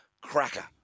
cracker